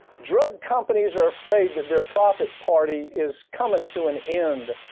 drug companies are afraid that their profit party is coming to an end.